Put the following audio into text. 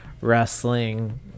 wrestling